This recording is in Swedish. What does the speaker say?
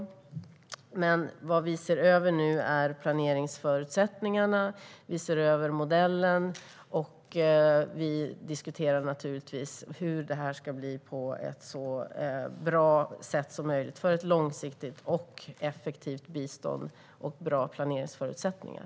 Nu ser vi över planeringsförutsättningarna och modellen, och vi diskuterar givetvis hur detta ska bli så bra som möjligt så att vi får ett långsiktigt och effektivt bistånd och bra planeringsförutsättningar.